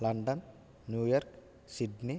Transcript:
London New York Sydney